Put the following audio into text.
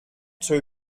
too